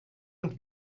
und